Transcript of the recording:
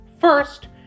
First